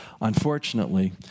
Unfortunately